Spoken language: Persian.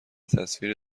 تصویر